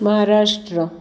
Maharashtra